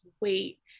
weight